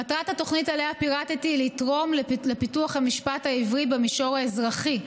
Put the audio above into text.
מטרת התוכנית שפירטתי היא לתרום לפיתוח המשפט העברי במישור האזרחי.